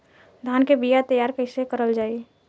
धान के बीया तैयार कैसे करल जाई?